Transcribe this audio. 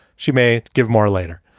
she may give more later.